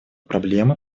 проблемы